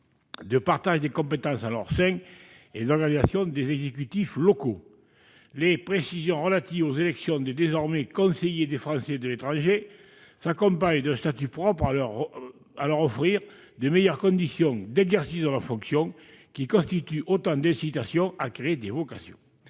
de partage des compétences en leur sein et d'organisation des exécutifs locaux. Les précisions relatives aux élections des désormais « conseillers des Français de l'étranger » s'accompagnent d'un statut propre à leur offrir de meilleures conditions d'exercice de leurs fonctions. Elles sont donc autant de moyens de susciter des vocations.